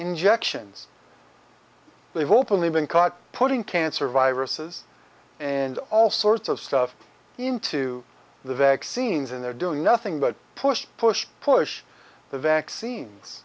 injections they've openly been caught putting cancer viruses and all sorts of stuff into the vaccines and they're doing nothing but push push push the vaccines